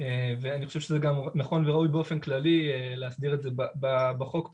ואני חושב שזה גם נכון וראוי באופן כללי להסדיר את זה גם בחוק פה.